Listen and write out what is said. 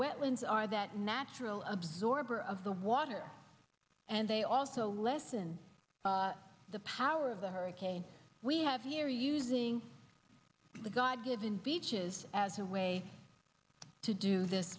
wetlands are that natural absorber of the water and they also lessen the power of the hurricane we have here using the god given beaches as a way to do this